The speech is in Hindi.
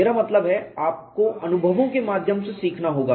मेरा मतलब है आपको अनुभवों के माध्यम से सीखना होगा